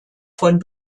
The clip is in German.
von